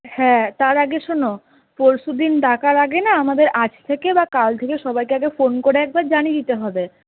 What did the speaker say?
হ্যাঁ তার আগে শোনো পরশুদিন ডাকার আগে না আমাদের আজ থেকে বা কাল থেকে সবাইকে একবার ফোন করে একবার জানিয়ে দিতে হবে